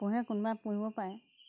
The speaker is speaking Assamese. পোহে কোনোবাই পোহিব পাৰে